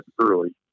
early